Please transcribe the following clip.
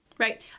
Right